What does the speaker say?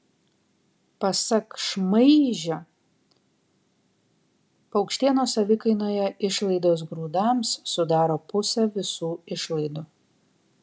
pasak šmaižio paukštienos savikainoje išlaidos grūdams sudaro pusę visų išlaidų